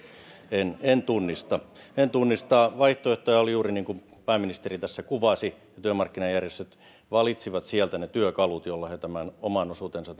en tunnista en tunnista vaihtoehtoja oli juuri niin kuin pääministeri tässä kuvasi ja työmarkkinajärjestöt valitsivat sieltä ne työkalut joilla he tämän oman osuutensa